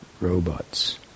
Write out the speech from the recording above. robots